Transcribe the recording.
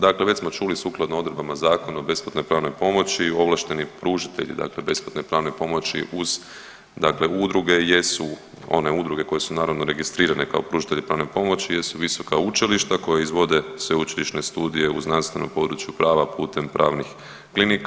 Dakle, već smo čuli sukladno odredbama Zakona o besplatnoj pravnoj pomoći ovlašteni pružatelji dakle besplatne pravne pomoći uz dakle udruge jesu one udruge koje su naravno registrirane kao pružatelji pravne pomoći jesu visoka učilišta koja izvode sveučilišne studije u znanstvenom području prava putem pravnih klinika.